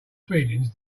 feelings